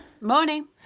Morning